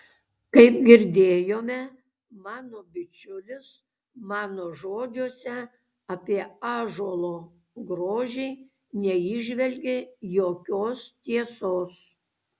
kaip girdėjome mano bičiulis mano žodžiuose apie ąžuolo grožį neįžvelgė jokios tiesos